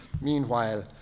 Meanwhile